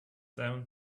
down